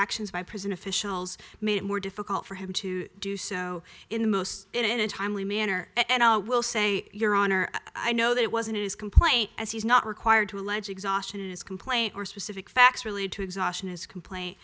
actions by prison officials made it more difficult for him to do so in the most in a timely manner and i will say your honor i know that it wasn't his complaint as he is not required to allege exhaustion in his complaint or specific facts related to exhaustion his complaint